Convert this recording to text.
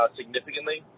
significantly